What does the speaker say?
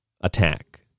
attack